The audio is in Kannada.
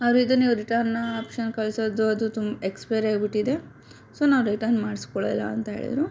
ಅವ್ರು ಇದು ನೀವು ರಿಟರ್ನ್ ಆಪ್ಶನ್ ಕಳಿಸೋದು ಅದು ತುಂ ಎಕ್ಸ್ಪೈರಿ ಆಗಿಬಿಟ್ಟಿದೆ ಸೊ ನಾವು ರಿಟರ್ನ್ ಮಾಡಿಸ್ಕೊಳ್ಳಲ್ಲ ಅಂತ ಹೇಳಿದ್ರು